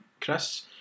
Chris